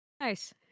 Nice